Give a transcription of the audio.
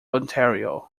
ontario